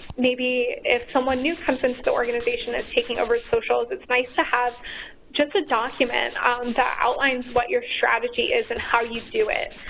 maybe if someone new comes into the organization and is taking over socials, it's nice to have just a document that outlines what your strategy is and how you do it.